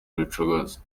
rucogoza